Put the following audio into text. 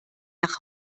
nach